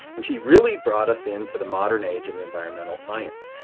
and she really brought us into the modern age of environmental science.